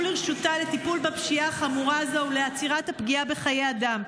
לרשותה לטיפול בפשיעה החמורה הזו ולעצירת הפגיעה בחיי אדם.